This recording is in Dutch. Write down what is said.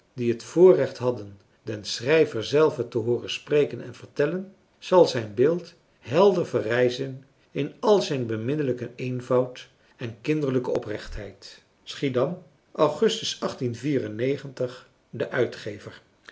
die het voorrecht hadden den schrijver zelven te hooren spreken en vertellen zal zijn beeld helder verrijzen in al zijn beminnelijken eenvoud en kinderlijke oprechtheid chiedam ugustus de uitgever